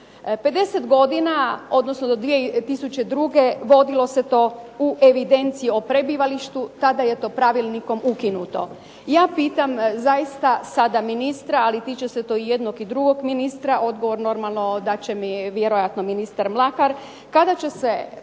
50 godina odnosno do 2002. vodilo se to u evidenciji o prebivalištu. Tada je to pravilnikom ukinuto. Ja pitam zaista sada ministra ali tiče se to i jednog i drugog ministra, odgovor normalno dat će mi vjerojatno ministar Mlakar. Kada će se